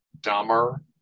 Dumber